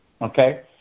okay